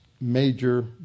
major